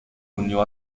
unió